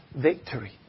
victory